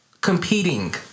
competing